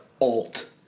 alt